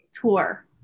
tour